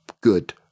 Good